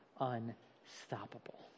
unstoppable